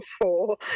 four